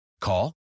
Call